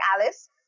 Alice